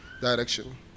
direction